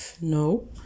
No